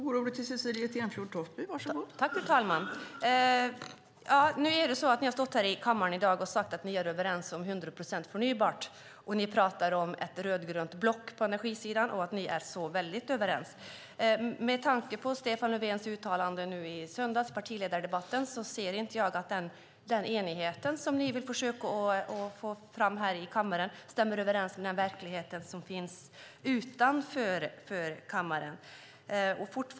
Fru talman! Ni har stått här i kammaren i dag och sagt att ni är överens om 100 procent förnybart. Ni pratar om ett rödgrönt block på energisidan och om att ni är så väldigt överens. Med tanke på Stefan Löfvens uttalande i partiledardebatten i söndags ser jag inte att den enighet som ni vill försöka få fram här i kammaren stämmer överens med den verklighet som finns utanför kammaren.